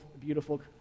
beautiful